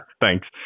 thanks